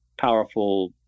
powerful